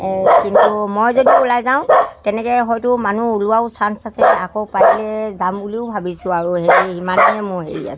কিন্তু মই যদি ওলাই যাওঁ তেনেকৈ হয়তো মানুহ ওলোৱাও চা্ঞ্চ আছে আকৌ পাতিলে যাম বুলিও ভাবিছোঁ আৰু সেই ইমানেই মই হেৰি আছে